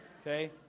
Okay